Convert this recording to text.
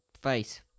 face